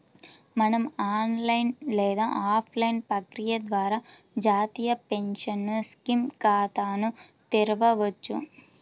మనం ఆన్లైన్ లేదా ఆఫ్లైన్ ప్రక్రియ ద్వారా జాతీయ పెన్షన్ స్కీమ్ ఖాతాను తెరవొచ్చు